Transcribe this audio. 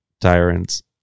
tyrants